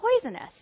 poisonous